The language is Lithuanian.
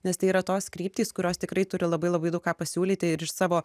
nes tai yra tos kryptys kurios tikrai turi labai labai daug ką pasiūlyti ir iš savo